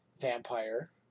vampire